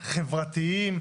חברתיים,